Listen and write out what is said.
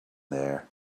there